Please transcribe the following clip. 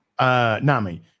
Nami